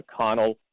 McConnell